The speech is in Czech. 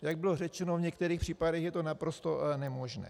Jak bylo řečeno, v některých případech je to naprosto nemožné.